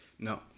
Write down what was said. No